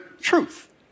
truth